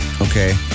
Okay